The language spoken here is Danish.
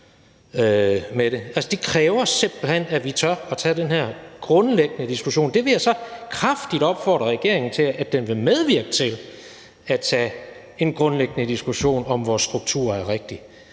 det kræver simpelt hen, at vi tør tage den her grundlæggende diskussion. Der vil jeg så kraftigt opfordre regeringen til, at den vil medvirke til at tage en grundlæggende diskussion af, om vores struktur er rigtig,